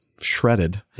shredded